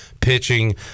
pitching